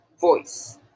voice